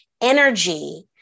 energy